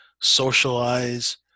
socialize